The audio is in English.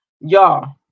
Y'all